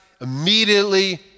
immediately